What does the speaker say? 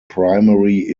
primary